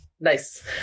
Nice